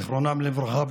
זיכרונם לברכה,